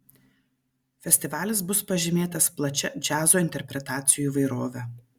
festivalis bus pažymėtas plačia džiazo interpretacijų įvairove